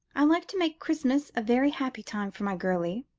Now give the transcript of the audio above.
i like to make christmas a very happy time for my girlie,